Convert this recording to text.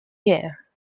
year